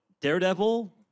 Daredevil